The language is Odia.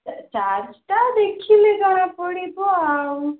ଚାର୍ଜ୍ଟା ଦେଖିଲେ ଜଣାପଡ଼ିବ ଆଉ